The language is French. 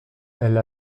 elle